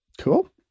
cool